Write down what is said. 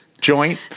joint